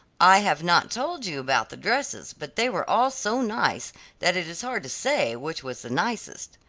i have not told you about the dresses, but they were all so nice that it is hard to say which was the nicest.